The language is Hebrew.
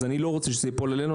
אז אני לא רוצה שזה ייפול עלינו,